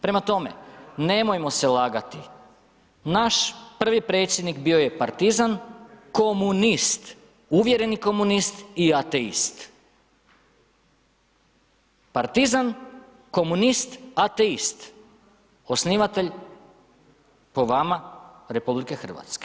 Prema tome, nemojmo se lagati, naš prvi predsjednik bio je partizan komunist, uvjereni komunist i ateist, partizan, komunist, ateist, osnivatelj po vama, RH.